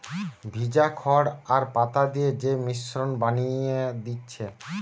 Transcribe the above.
ভিজা খড় আর পাতা দিয়ে যে মিশ্রণ বানিয়ে দিচ্ছে